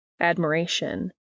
admiration